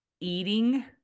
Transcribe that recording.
eating